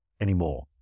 anymore